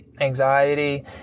anxiety